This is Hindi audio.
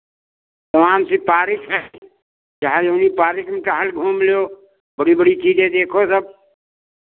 तमाम सी पार्क है चाहे जऊनी पार्क में टहल घूम लो बड़ी बड़ी चीज़ें देखो सब